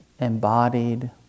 embodied